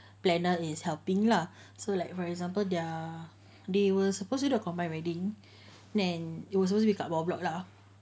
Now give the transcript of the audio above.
planner is helping lah so like for example their they will supposedly do the combined wedding then it will suppose to make bawah block lah